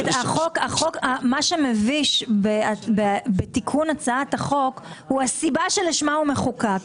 מה שמביש בתיקון הצעת החוק הוא הסיבה לשמה הוא מחוקק.